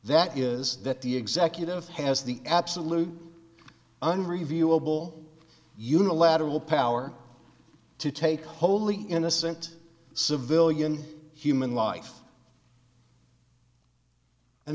that is that the executive has the absolute unreviewable unilateral power to take wholly innocent civilian human life an